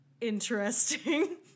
Interesting